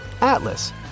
Atlas